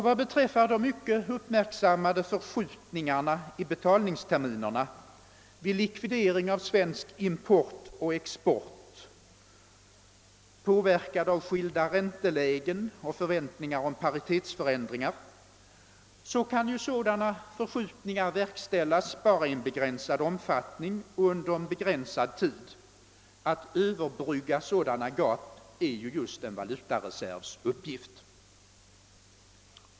Vad beträffar de mycket uppmärksammade förskjutningarna i betalningsterminerna vid likvidering av svensk import och export — påverkade av skilda räntelägen och förväntningar om paritetsändringar — vill jag säga att sådana förskjutningar ju bara kan verkställas i en begränsad omfattning och under begränsad tid. Att överbrygga sådana gap är just valutareservens uppgift.